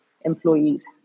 employees